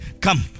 Come